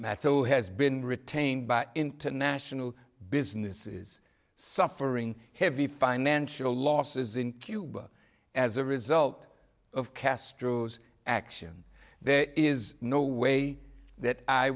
methyl has been retained by international businesses suffering heavy financial losses in cuba as a result of castro's action there is no way that i